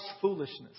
foolishness